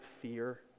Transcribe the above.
fear